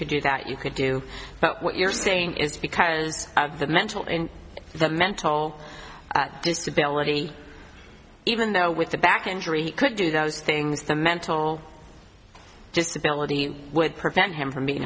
could get that you could do that what you're saying is because of the mental in the mental disability even though with a back injury could do those things the mental disability would prevent him from being